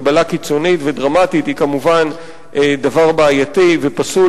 הגבלה קיצונית ודרמטית היא כמובן דבר בעייתי ופסול